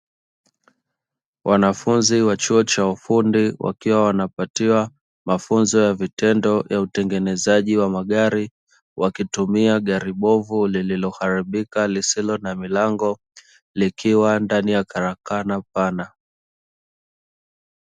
Wanafunzi wa chuo cha ufundi wakiwa wanapatiwa mafunzo ya vitendo ya utengenezaji wa magari, wakitumia gari bovu lililoharibika lisilo na milango likiwa ndani ya karakana pana.